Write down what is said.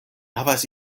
havas